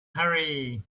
hurry